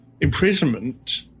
imprisonment